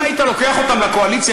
אם היית לוקח אותם לקואליציה,